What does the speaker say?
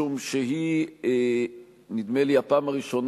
משום שנדמה לי שזו הפעם הראשונה,